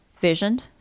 visioned